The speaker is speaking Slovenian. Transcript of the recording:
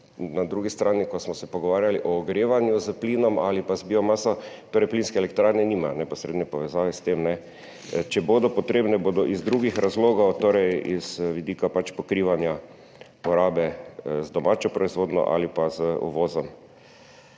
Na drugi strani, ko smo se pogovarjali o ogrevanju s plinom ali pa z biomaso, plinske elektrarne nimajo neposredne povezave s tem. Če bodo potrebne, bodo iz drugih razlogov, torej z vidika pokrivanja porabe z domačo proizvodnjo ali pa z uvozom.